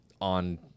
on